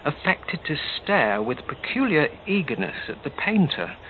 affected to stare with peculiar eagerness at the painter,